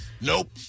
Nope